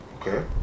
Okay